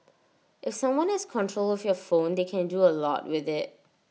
if someone has control of your phone they can do A lot with IT